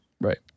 Right